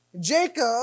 Jacob